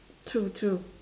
true true